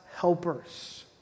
helpers